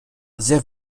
sehr